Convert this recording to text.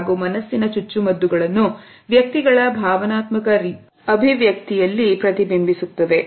ಹಾಗೂ ಮನಸ್ಸಿನ ಚುಚ್ಚುಮದ್ದುಗಳನ್ನು ವ್ಯಕ್ತಿಗಳ ಭಾವನಾತ್ಮಕ ತಿಥಿಯಲ್ಲಿ ಪ್ರತಿಬಿಂಬಿಸುತ್ತವೆ